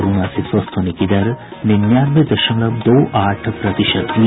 corona से स्वस्थ होने की दर निन्यानवे दशमलव दो आठ प्रतिशत हुई